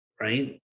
right